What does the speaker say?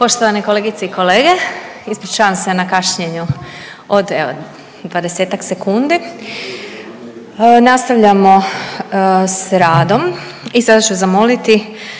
Poštovane kolegice i kolege, ispričavam se na kašnjenju od evo 20-ak sekundi. Nastavljamo s radom i sada ću zamoliti